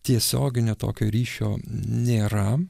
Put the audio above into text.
tiesioginio tokio ryšio nėra